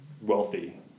wealthy